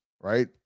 right